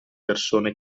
persone